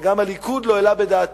וגם הליכוד לא העלה בדעתו,